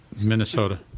Minnesota